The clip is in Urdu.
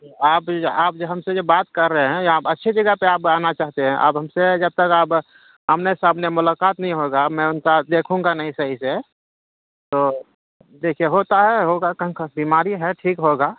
آپ آپ جو ہم سے جو بات کر رہے ہیں یہ آپ اچھی جگہ پہ آپ آنا چاہتے ہیں اب ہم سے جب تک آپ آمنے سامنے ملاقات نہیں ہوگا میں ان کا دیکھوں گا نہیں صحیح سے تو دیکھیے ہوتا ہے ہوگا بیماری ہے ٹھیک ہوگا